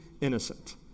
innocent